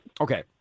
Okay